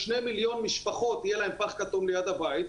שני מיליון משפחות יהיה להם פח כתום ליד הבית,